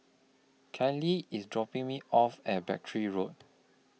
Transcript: Kylee IS dropping Me off At Battery Road